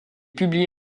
publié